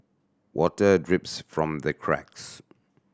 water drips from the cracks